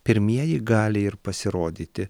pirmieji gali ir pasirodyti